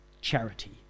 charity